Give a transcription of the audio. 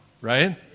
right